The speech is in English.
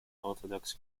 orthodox